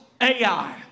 Ai